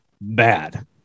bad